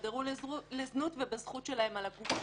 שהידרדרו לזנות ובזכות שלהם על הגוף שלהם.